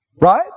Right